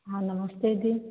हाँ नमस्ते दी